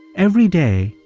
every day,